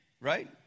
right